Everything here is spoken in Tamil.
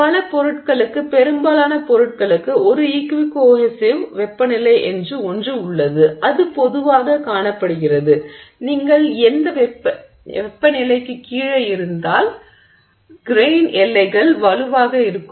எனவே பல பொருட்களுக்கு பெரும்பாலான பொருட்களுக்கு ஒரு ஈக்வி கோஹெஸிவ் வெப்பநிலை என்று ஒன்று உள்ளது அது பொதுவாக காணப்படுகிறது நீங்கள் இந்த வெப்பநிலைக்கு கீழே இருந்தால் கிரெய்ன் எல்லைகள் வலுவாக இருக்கும்